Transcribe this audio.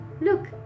look